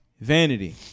Vanity